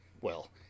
Well